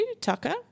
Tucker